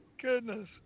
Goodness